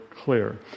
clear